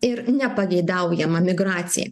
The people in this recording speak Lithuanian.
ir nepageidaujama migracija